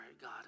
God